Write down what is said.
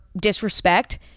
disrespect